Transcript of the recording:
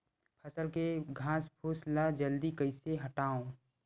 फसल के घासफुस ल जल्दी कइसे हटाव?